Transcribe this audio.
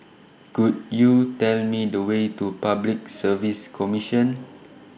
Could YOU Tell Me The Way to Public Service Commission